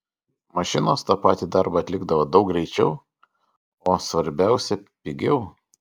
mašinos tą patį darbą atlikdavo daug greičiau o svarbiausia pigiau